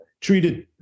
treated